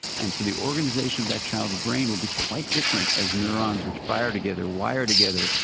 and so the organisation of that child's brain will be quite different as neurons which fire together wired together.